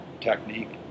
technique